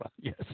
Yes